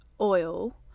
oil